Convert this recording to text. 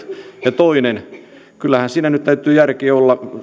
ja toiseksi kyllähän siinä nyt täytyy järki olla